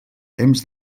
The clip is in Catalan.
temps